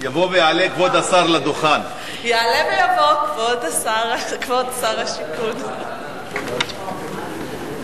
יעלה ויבוא כבוד שר השיכון לדוכן.